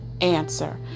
answer